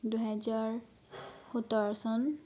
দুহেজাৰ সোতৰ চন